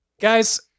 guys